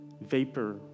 vapor